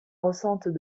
ressentent